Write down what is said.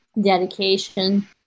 dedication